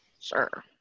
Sure